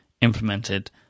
implemented